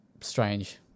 strange